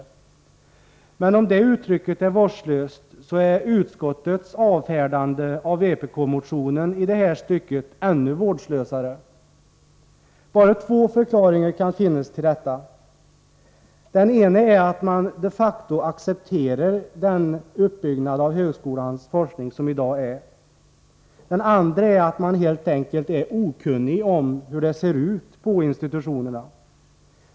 Men om det uttrycket är vårdslöst, så är utskottets avfärdande av vpk-motionen i det här stycket ännu vårdslösare. Bara två förklaringar kan finnas till detta. Den ena är att man de facto accepterar den uppbyggnad av högskolans forskning som finns i dag. Den andra är att man helt enkelt är okunnig om hur det ser ut på institutionerna.